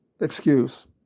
excuse